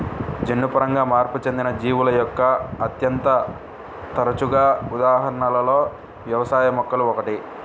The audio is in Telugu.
జన్యుపరంగా మార్పు చెందిన జీవుల యొక్క అత్యంత తరచుగా ఉదాహరణలలో వ్యవసాయ మొక్కలు ఒకటి